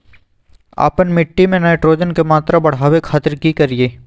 आपन मिट्टी में नाइट्रोजन के मात्रा बढ़ावे खातिर की करिय?